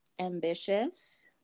ambitious